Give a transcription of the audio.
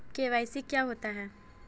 KYC क्या होता है?